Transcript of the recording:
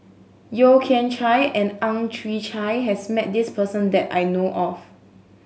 Yeo Kian Chye and Ang Chwee Chai has met this person that I know of